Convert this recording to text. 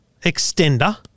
extender